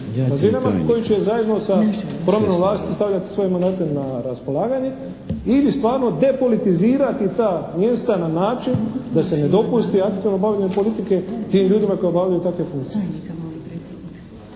razinama koji će zajedno sa promjenom vlasti stavljati svoje mandate na raspolaganje ili stvarno depolitizirati ta mjesta na način da se ne dopusti aktualno bavljenje politike tim ljudima koji obavljaju takve funkcije.